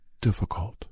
difficult